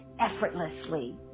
effortlessly